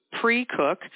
pre-cook